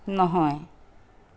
নহয়